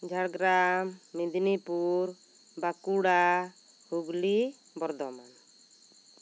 Jhargram Midnapore Bankura Hooghly Bardhaman